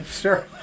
Sure